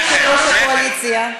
אדוני יושב-ראש הקואליציה,